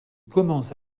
commence